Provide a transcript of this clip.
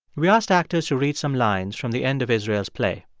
we asked actors to read some lines from the end of israel's play.